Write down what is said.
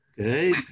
Okay